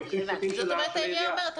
זאת אומרת העירייה אומרת,